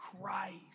Christ